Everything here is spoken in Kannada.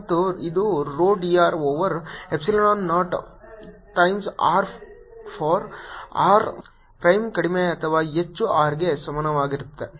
ಮತ್ತು ಇದು rho d r over epsilon naught times r for r prime ಕಡಿಮೆ ಅಥವಾ ಹೆಚ್ಚು r ಗೆ ಸಮಾನವಾಗಿರುತ್ತದೆ